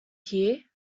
here